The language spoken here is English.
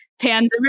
panda